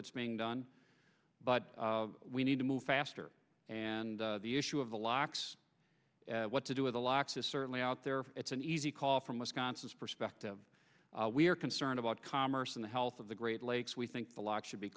that's being done but we need to move faster and the issue of the locks what to do with the locks is certainly out there it's an easy call from wisconsin's perspective we are concerned about commerce in the health of the great lakes we think the law should be